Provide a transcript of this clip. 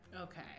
Okay